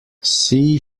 see